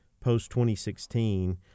post-2016